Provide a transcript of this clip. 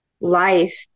life